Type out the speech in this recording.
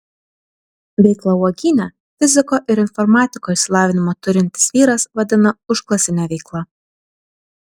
veiklą uogyne fiziko ir informatiko išsilavinimą turintis vyras vadina užklasine veikla